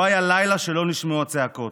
לא היה לילה שלא נשמעו הצעקות,